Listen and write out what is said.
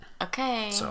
Okay